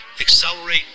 Accelerate